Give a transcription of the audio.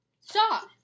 Stop